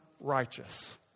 Righteous